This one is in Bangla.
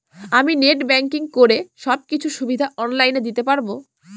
আমি নেট ব্যাংকিং করে সব কিছু সুবিধা অন লাইন দিতে পারবো?